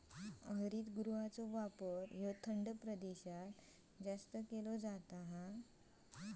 हरितगृहाचो वापर थंड प्रदेशात जास्त केलो जाता